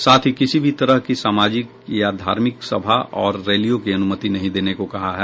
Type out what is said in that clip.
साथ ही किसी भी तरह की सामाजिक या धार्मिक सभा और रैलियों की अनुमति नहीं देने को कहा है